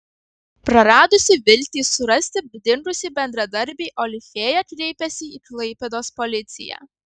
praradusi viltį surasti dingusį bendradarbį olifėja kreipėsi į klaipėdos policiją